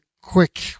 quick